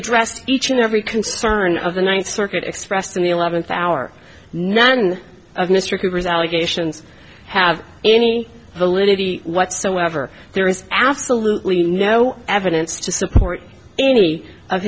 addressed each and every concern of the ninth circuit expressed in the eleventh hour none of mr cooper's allegations have any validity whatsoever there is absolutely no evidence to support any of